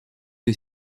est